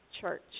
church